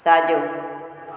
साॼो